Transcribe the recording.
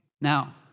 Now